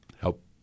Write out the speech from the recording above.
help